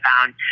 found